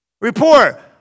report